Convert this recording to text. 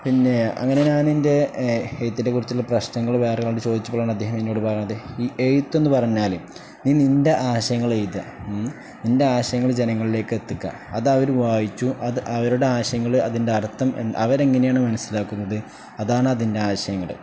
പിന്നെ അങ്ങനെ ഞാന എൻ്റെ എഴുത്തിെക്കുറിച്ചുള്ള പ്രശ്നങ്ങള്ൾ വേറെട് ചോദിച്ചോളാണ് അദ്ധഹം എന്നോട് പറയണത് ഈ എഴുത്തന്ന് പറഞ്ഞാലല് നിൻ നിൻ്റെ ആശയങ്ങള്ൾ എഴുത നിൻ്റെ ആശയങ്ങള് ജനങ്ങളിലേക്ക് എത്തിക്കാ അത് അവര് വായിച്ചു അത് അവരുടെ ആശയങ്ങള് അതിൻ്റെ അർത്ഥം അവരെ എങ്ങനെയാണ് മനസ്സിലാക്കുന്നത് അതാണ് അതിൻ്റെ ആശയങ്ങള്